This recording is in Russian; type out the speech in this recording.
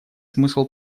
смысл